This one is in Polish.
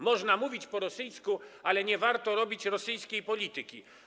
Można mówić po rosyjsku, ale nie warto prowadzić rosyjskiej polityki.